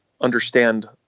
understand